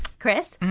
chris,